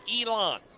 Elon